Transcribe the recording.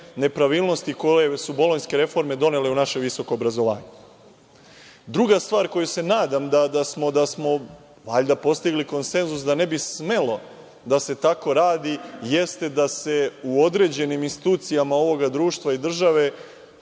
nepravilnosti koje su bolonjske reforme donele u naše visoko obrazovanje. Druga stvar koju se nadam, valjda postigli konsenzus, da ne bi smelo da se tako radi jeste da se u određenim institucijama ovog društva i države